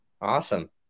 awesome